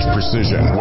Precision